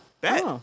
bet